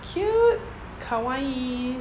cute kawaii